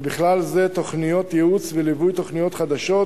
ובכלל זה תוכנית ייעוץ וליווי של תוכניות חדשות,